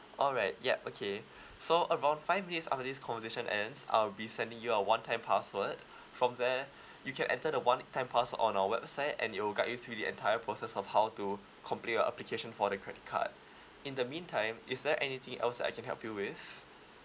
alright yup okay so around five minutes after this conversation ends I'll be sending you a one time password from there you can enter the one time password on our website and it will guide you through the entire process of how to complete your application for the credit card in the meantime is there anything else that I can help you with